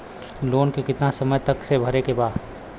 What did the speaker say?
Loan के कितना समय तक मे भरे के बा?